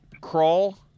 Crawl